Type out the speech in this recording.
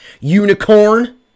unicorn